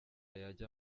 yajya